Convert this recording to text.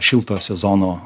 šiltojo sezono